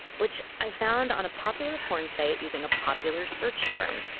which i found on a popular porn site using a popular search term,